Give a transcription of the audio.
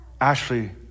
Ashley